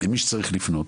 למי שצריך לפנות